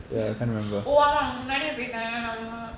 oo ஆமாஆமாஅவங்கமுன்னாடியேபோய்ட்டாங்க:aama aama avanka munnadiye poitaanka